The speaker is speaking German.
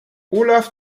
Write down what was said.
olaf